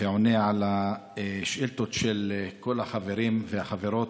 ועונה על השאילתות של כל החברים והחברות.